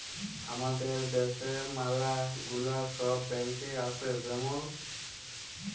হামাদের দ্যাশে ম্যালা গুলা সব ব্যাঙ্ক আসে যেমল